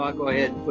i'll go ahead